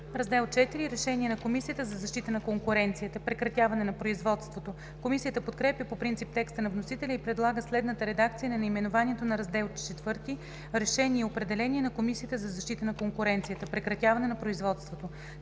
„Раздел ІV – Решения на Комисията за защита на конкуренцията. Прекратяване на производството“. Комисията подкрепя по принцип текста на вносителя и предлага следната редакция на наименованието на Раздел ІV: „Решения и определения на Комисията за защита на конкуренцията. Прекратяване на производството“.